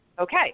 okay